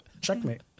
Checkmate